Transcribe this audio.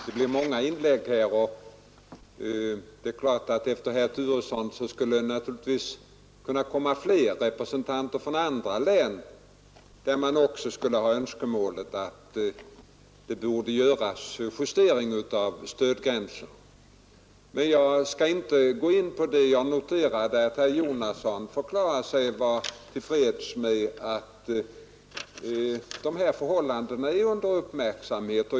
Herr talman! Inläggen blir många. Efter herr Turesson skulle naturligtvis representanter även för andra län kunna framställa önskemål om att justeringar av stödområdesgränsen borde göras. Men jag skall inte gå in på det. Jag noterar att herr Jonasson förklarade sig till freds med att dessa förhållanden uppmärksammas.